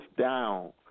down